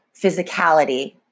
physicality